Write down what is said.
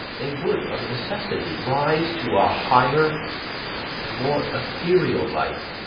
they would of necessity rise to a higher and more ethereal life.